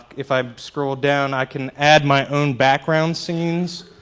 if i scroll down, i can add my own background scenes.